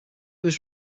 was